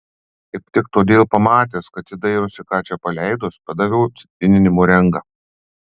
kaip tik todėl pamatęs kad ji dairosi ką čia paleidus padaviau citrininį morengą